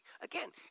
again